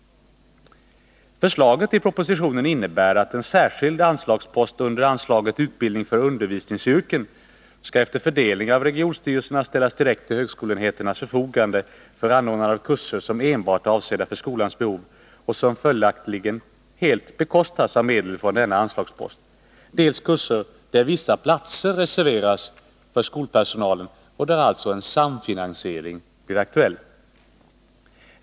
Förslaget i propositionen innebär att en särskild anslagspost under anslaget Utbildning för undervisningsyrken skall efter fördelning av regionstyrelserna ställas direkt till högskoleenheternas förfogande för anordnande av dels kurser som enbart är avsedda för skolans behov och som följaktligen helt bekostas av medel från denna anslagspost, dels kurser där vissa platser reserveras för skolpersonalen och där alltså en samfinansiering blir aktuell.